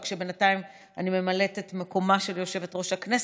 רק שבינתיים אני ממלאת את מקומה של יושבת-ראש הכנסת,